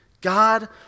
God